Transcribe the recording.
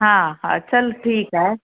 हा हा चल ठीकु आहे